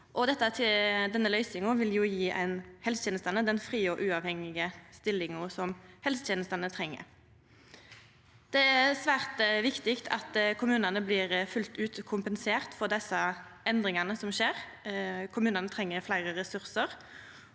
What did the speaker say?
vil gje helsetenesta den frie og uavhengige stillinga som helsetenestene treng. Det er svært viktig at kommunane blir fullt ut kompenserte for desse endringane som skjer. Kommunane treng fleire ressursar.